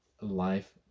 life